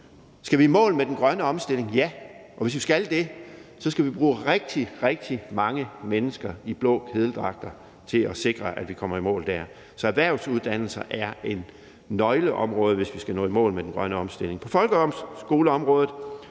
Skal vi i mål med den grønne omstilling? Ja, og hvis vi skal det, skal vi bruge rigtig, rigtig mange mennesker i blå kedeldragter til at sikre, at vi kommer i mål der. Så erhvervsuddannelser er et nøgleområde, hvis vi skal nå i mål med den grønne omstilling. På folkeskoleområdet